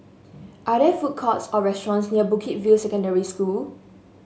are there food courts or restaurants near Bukit View Secondary School